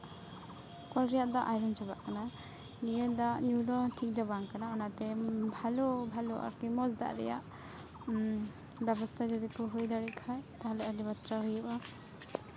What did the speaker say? ᱠᱚᱞ ᱨᱮᱭᱟᱜ ᱫᱟᱜ ᱟᱭᱨᱚᱱ ᱪᱟᱵᱟᱜ ᱠᱟᱱᱟ ᱱᱤᱭᱟᱹ ᱫᱟᱜ ᱧᱩ ᱫᱚ ᱴᱷᱤᱠ ᱫᱚ ᱵᱟᱝ ᱠᱟᱱᱟ ᱚᱱᱟᱛᱮ ᱵᱷᱟᱞᱚ ᱵᱷᱟᱞᱚ ᱟᱨᱠᱤ ᱢᱚᱡᱽ ᱫᱟᱜ ᱨᱮᱭᱟᱜ ᱵᱮᱵᱚᱥᱛᱟ ᱡᱩᱫᱤ ᱠᱚ ᱦᱩᱭ ᱫᱟᱲᱮᱜ ᱠᱷᱟᱱ ᱛᱟᱦᱚᱞᱮ ᱟᱹᱰᱤ ᱵᱟᱛᱨᱟ ᱦᱩᱭᱩᱜᱼᱟ